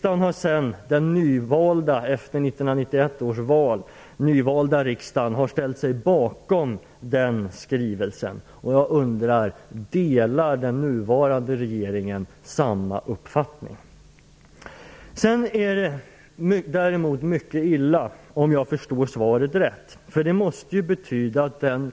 Den efter 1991 års val nyvalda riksdagen har sedan ställt sig bakom den skrivelsen. Jag undrar: Delar den nuvarande regeringen denna uppfattning? Däremot är det mycket illa, om jag förstår svaret rätt, att den